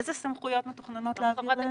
איזה סמכויות מתוכננות לעבור אליהן?